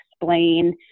explain